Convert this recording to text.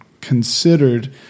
considered